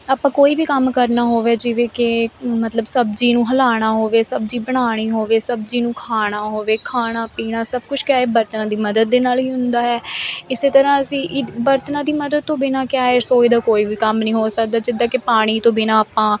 ਆਪਾਂ ਕੋਈ ਵੀ ਕੰਮ ਕਰਨਾ ਹੋਵੇ ਜਿਵੇਂ ਕਿ ਮਤਲਬ ਸਬਜ਼ੀ ਨੂੰ ਹਲਾਉਣਾ ਹੋਵੇ ਸਬਜ਼ੀ ਬਣਾਉਣੀ ਹੋਵੇ ਸਬਜ਼ੀ ਨੂੰ ਖਾਣਾ ਹੋਵੇ ਖਾਣਾ ਪੀਣਾ ਸਭ ਕੁਛ ਕਿਆ ਏ ਬਰਤਨਾਂ ਦੀ ਮਦਦ ਦੇ ਨਾਲ ਹੀ ਹੁੰਦਾ ਹੈ ਇਸ ਤਰ੍ਹਾਂ ਅਸੀਂ ਇਡ ਬਰਤਨਾਂ ਦੀ ਮਦਦ ਤੋਂ ਬਿਨਾਂ ਕਿਆ ਏ ਰਸੋਈ ਦਾ ਕੋਈ ਵੀ ਕੰਮ ਨਹੀ ਹੋ ਸਕਦਾ ਜਿੱਦਾਂ ਕਿ ਪਾਣੀ ਤੋਂ ਬਿਨਾਂ ਆਪਾਂ